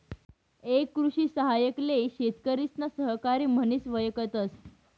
एक कृषि सहाय्यक ले शेतकरिसना सहकारी म्हनिस वयकतस